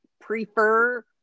prefer